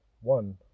One